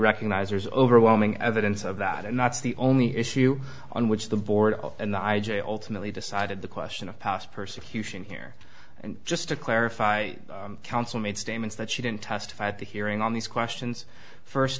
recognize there's overwhelming evidence of that and that's the only issue on which the board and i j ultimately decided the question of past persecution here and just to clarify counsel made statements that she didn't testify at the hearing on these questions first